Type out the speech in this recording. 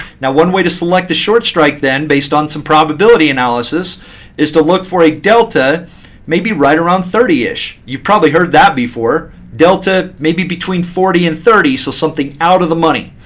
now one way to select the short strike then based on some probability analysis is to look for a delta maybe right around thirty ish. you've probably heard that before. delta maybe between forty and thirty, so something out of the money.